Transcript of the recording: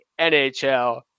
NHL